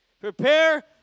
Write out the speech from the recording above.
Prepare